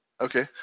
Okay